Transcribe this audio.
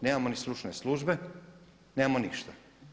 Nemamo ni stručne službe, nemamo ništa.